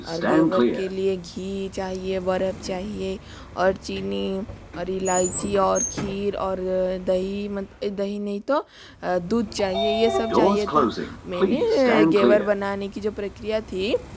और घेवर के लिए घी चाहिए बर्फ़ चाहिए और चीनी और इलाईची और खीर और दही दही नहीं तो दूध चाहिए ये सब चाहिए था मैंने घेवर बनाने की जो प्रक्रिया थी